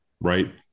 right